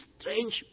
strange